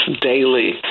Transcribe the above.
daily